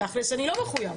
תכלס אני לא מחויב,